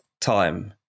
time